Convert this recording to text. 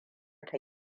na